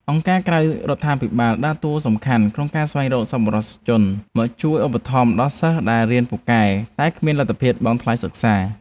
អង្គការក្រៅរដ្ឋាភិបាលដើរតួសំខាន់ក្នុងការស្វែងរកសប្បុរសជនមកជួយឧបត្ថម្ភដល់សិស្សដែលរៀនពូកែតែគ្មានលទ្ធភាពបង់ថ្លៃសិក្សា។